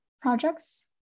projects